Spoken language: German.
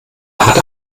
hat